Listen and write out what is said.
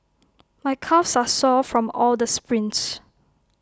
my calves are sore from all the sprints